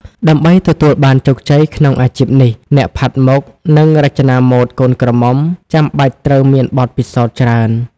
ដើម្បីទទួលបានជោគជ័យក្នុងអាជីពនេះ អ្នកផាត់មុខ និងរចនាម៉ូដកូនក្រមុំចាំបាច់ត្រូវមានបទពិសោធន៍ច្រើន។